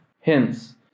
Hence